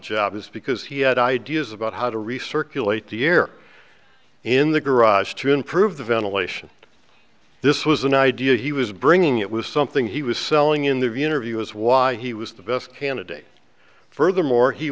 job is because he had ideas about how to research relate to year in the garage to improve the ventilation this was an idea he was bringing it was something he was selling in the interview is why he was the best candidate furthermore he